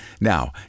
Now